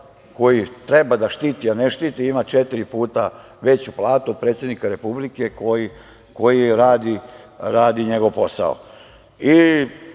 koji treba da štiti, a ne štiti ima četiri puta veću platu od predsednika Republike koji radi njegov posao? Saša